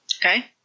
Okay